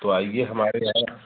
तो आइए हमारे यहाँ